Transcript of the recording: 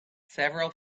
several